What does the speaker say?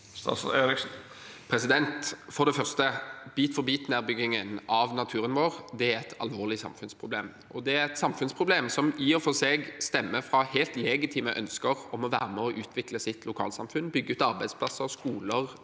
Eriksen Bit- for-bit-nedbyggingen av naturen vår er et alvorlig samfunnsproblem, og det er et samfunnsproblem som i og for seg stammer fra helt legitime ønsker om å være med og utvikle sitt lokalsamfunn, bygge ut arbeidsplasser, skoler,